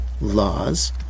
laws